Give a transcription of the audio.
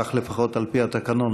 כך לפחות על פי התקנון,